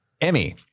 Emmy